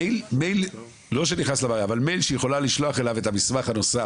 מייל שהיא יכולה לשלוח דרכו את המסמך הנוסף